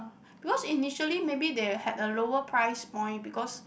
because initially maybe they had a lower price point because